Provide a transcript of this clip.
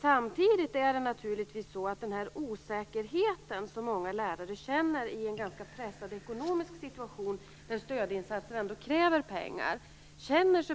Samtidigt är det naturligtvis så att många lärare känner osäkerhet i en ganska pressad ekonomisk situation - stödinsatser kräver ändå pengar - och därför